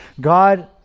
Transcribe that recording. God